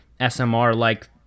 SMR-like